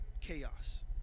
chaos